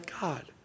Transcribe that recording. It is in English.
God